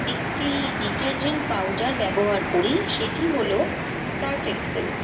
একটি detergent powder ব্যবহার করি সেটি হলো সার্ফ এক্সেল